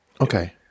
Okay